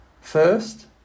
First